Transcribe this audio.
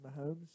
Mahomes